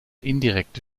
indirekte